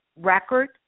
Record